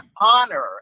honor